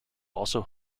also